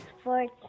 Sports